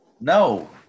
No